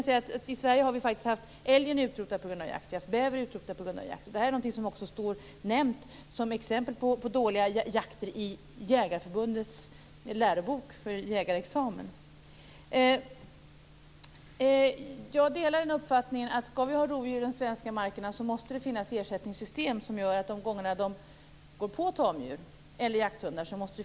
Älgen och bävern har faktiskt varit utrotad i Sverige på grund av jakt. Det står också nämnt som exempel på dåliga jakter i Jägareförbundets lärobok för jägarexamen. Jag delar uppfattningen att om vi skall ha rovdjur i de svenska markerna måste det finnas ersättningssystem som gör att man får ersättning de gånger de går på tamdjur eller jakthundar.